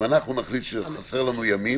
אם אנחנו נחליט שחסרים לנו ימים.